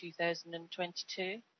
2022